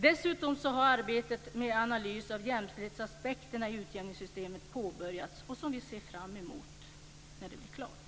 Dessutom har arbetet med analys av jämställdhetsaspekterna i utjämningssystemet påbörjats, och vi ser fram emot att det blir klart.